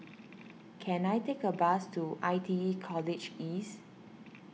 can I take a bus to I T E College East